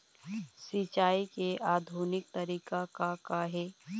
सिचाई के आधुनिक तरीका का का हे?